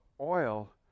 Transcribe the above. oil